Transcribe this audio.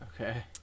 Okay